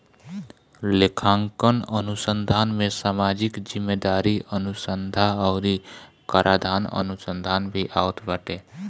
लेखांकन अनुसंधान में सामाजिक जिम्मेदारी अनुसन्धा अउरी कराधान अनुसंधान भी आवत बाटे